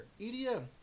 EDM